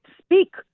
speak